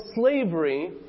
slavery